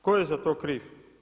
Tko je za to kriv?